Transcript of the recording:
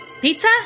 Pizza